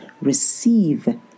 receive